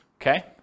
okay